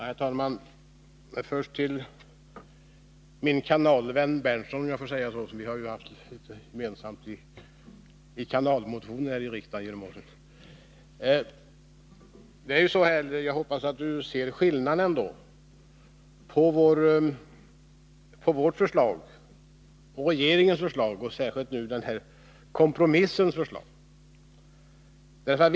Herr talman! Först till min kanalvän Nils Berndtson — jag får säga så, eftersom vi har haft litet gemensamt i en kanalmotion här i riksdagen för några år sedan. Jag hoppas att Nils Berndtson ser skillnad på vårt förslag och regeringens förslag och särskilt det här kompromissförslaget.